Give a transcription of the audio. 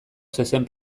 zezen